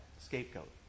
scapegoat